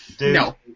no